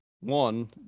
one